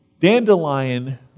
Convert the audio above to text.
dandelion